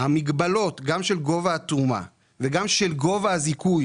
המגבלות גם של גובה התרומה וגם של גובה הזיכוי,